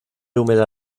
húmeda